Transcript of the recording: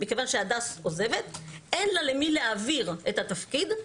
מכיוון שהדס עוזבת ואין לה למי להעביר את התפקיד,